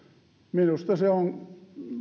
minusta se on